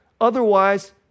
Otherwise